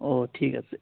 অ' ঠিক আছে